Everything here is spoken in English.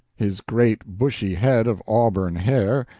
his great, bushy head of auburn hair,